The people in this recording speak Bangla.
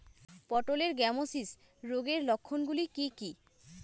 পটলের গ্যামোসিস রোগের লক্ষণগুলি কী কী?